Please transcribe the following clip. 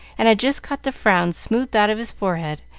and had just got the frown smoothed out of his forehead,